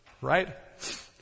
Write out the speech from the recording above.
Right